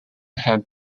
had